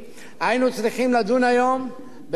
היינו צריכים לדון היום במערכת,